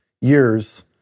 years